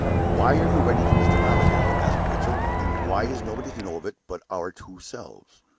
why are you writing to mr. armadale? asked rachel. and why is nobody to know of it but our two selves?